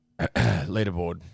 Leaderboard